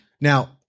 Now